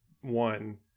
one